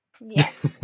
yes